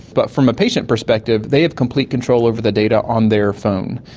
but from a patient perspective they have complete control over the data on their phone,